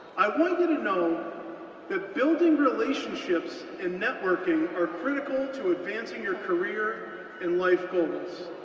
i want you to know that building relationships and networking are critical to advancing your career and life goals.